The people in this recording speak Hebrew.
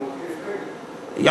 לא משהו מהותי אצלך, זה מהותי גם אצלנו.